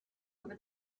over